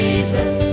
Jesus